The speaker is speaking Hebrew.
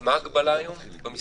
מה ההגבלה היום במספרים?